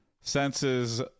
senses